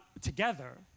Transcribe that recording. together